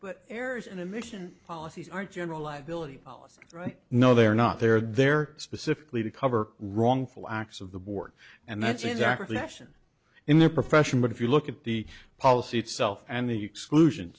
but errors in the mission policies are general liability policy right no they're not they're there specifically to cover wrongful acts of the board and that's exactly action in their profession but if you look at the policy itself and the exclusion